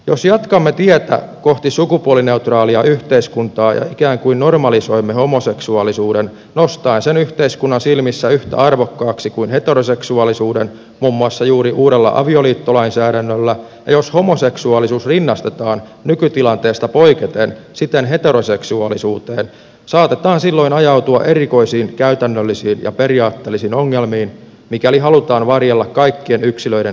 jos jatkamme tietä kohti sukupuolineutraalia yhteiskuntaa ja ikään kuin normalisoimme homoseksuaalisuuden nostaen sen yhteiskunnan silmissä yhtä arvokkaaksi kuin heteroseksuaalisuuden muun muassa juuri uudella avioliittolainsäädännöllä ja jos homoseksuaalisuus rinnastetaan nykytilanteesta poiketen siten heteroseksuaalisuuteen saatetaan silloin ajautua erikoisiin käytännöllisiin ja periaatteellisiin ongelmiin mikäli halutaan varjella kaikkien yksilöiden tasavertaisia oikeuksia